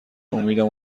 امیدم